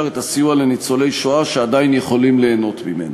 את הסיוע לניצולי שואה שעדיין יכולים ליהנות ממנו.